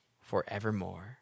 forevermore